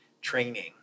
training